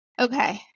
okay